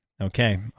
Okay